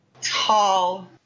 tall